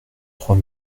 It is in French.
trois